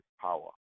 power